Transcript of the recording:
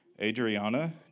Adriana